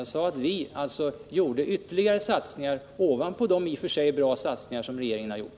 Jag sade att vi gjorde ytterligare satsningar ovanpå de i och för sig bra satsningar som regeringen har gjort.